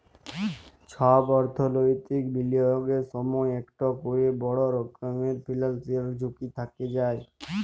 ছব অথ্থলৈতিক বিলিয়গের সময় ইকট ক্যরে বড় রকমের ফিল্যালসিয়াল ঝুঁকি থ্যাকে যায়